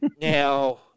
Now